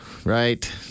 Right